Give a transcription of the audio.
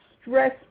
stress